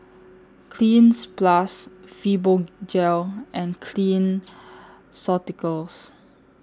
Cleanz Plus Fibogel and Clean Ceuticals